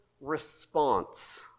response